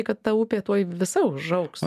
kad ta upė tuoj visa užaugs